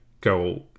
go